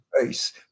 face